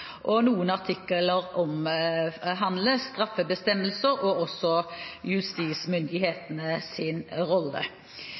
og noen artikler omhandler straffebestemmelser og